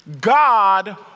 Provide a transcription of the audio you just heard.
God